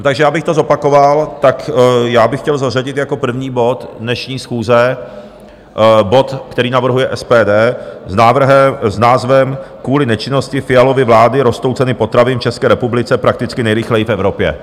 Takže abych to zopakoval, já bych chtěl zařadit jako první bod dnešní schůze bod, který navrhuje SPD s názvem Kvůli nečinnosti Fialovy vlády rostou ceny potravin v České republice prakticky nejrychleji v Evropě.